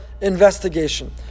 investigation